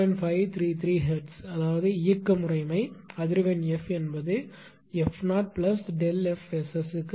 533 hertz அதாவது இயக்க முறைமை அதிர்வெண் f என்பது f 0ΔF SS க்கு சமம்